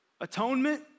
Atonement